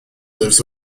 lives